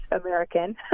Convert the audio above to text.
American